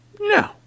No